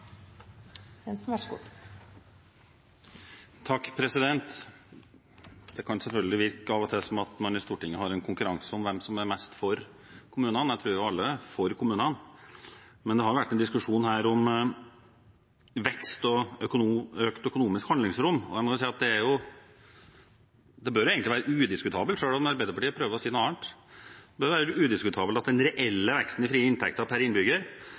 Det kan selvfølgelig av og til virke som om man i Stortinget har en konkurranse om hvem som er mest for kommunene. Jeg tror alle er for kommunene, men det har vært en diskusjon her om vekst og økt økonomisk handlingsrom. Jeg må si at det bør egentlig være udiskutabelt selv om Arbeiderpartiet prøver å si noe annet. Det bør være udiskutabelt at den reelle veksten i frie inntekter per innbygger